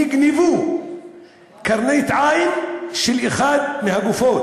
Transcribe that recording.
נגנבה קרנית עין של אחת מהגופות.